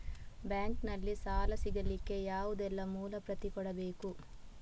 Bank ನಲ್ಲಿ ಸಾಲ ಸಿಗಲಿಕ್ಕೆ ಯಾವುದೆಲ್ಲ ಮೂಲ ಪ್ರತಿ ಕೊಡಬೇಕು?